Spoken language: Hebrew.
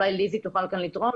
אולי ליזי תוכל יותר לתרום